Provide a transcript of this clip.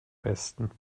besten